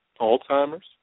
Alzheimer's